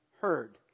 heard